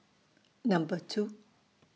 Number two